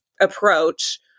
approach